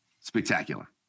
spectacular